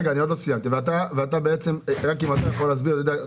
אולי אתה יכול להסביר,